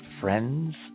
friends